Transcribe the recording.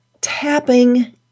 tapping